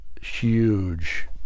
huge